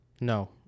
No